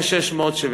כ-670,